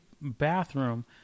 bathroom